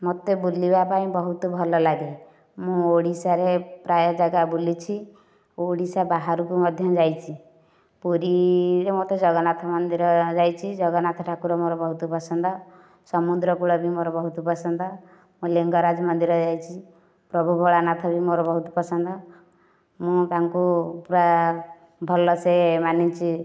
ମୋତେ ବୁଲିବା ପାଇଁ ବହୁତ ଭଲ ଲାଗେ ମୁଁ ଓଡ଼ିଶାରେ ପ୍ରାୟ ଜାଗା ବୁଲିଛି ଓଡ଼ିଶା ବାହାରକୁ ମଧ୍ୟ ଯାଇଛି ପୁରୀର ମତେ ଜଗନ୍ନାଥ ମନ୍ଦିର ଯାଇଛି ଜଗନ୍ନାଥ ଠାକୁର ମୋର ବହୁତ ପସନ୍ଦ ସମୁଦ୍ର କୁଳ ବି ମୋର ବହୁତ ପସନ୍ଦ ମୁଁ ଲିଙ୍ଗରାଜ ମନ୍ଦିର ଯାଇଛି ପ୍ରଭୁ ଭୋଳାନାଥ ବି ମୋର ବହୁତ ପସନ୍ଦ ମୁଁ ତାଙ୍କୁ ପୂରା ଭଲସେ ମାନିଛି